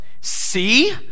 see